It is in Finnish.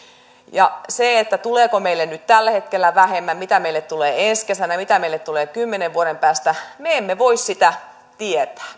ja sitä tuleeko meille nyt tällä hetkellä vähemmän mitä meille tulee ensi kesänä ja mitä meille tulee kymmenen vuoden päästä me emme voi tietää